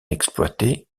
exploité